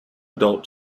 adult